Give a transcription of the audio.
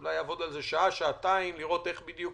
אולי הוא יעבוד על זה שעה-שעתיים לראות איך בדיוק